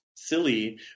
silly